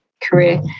career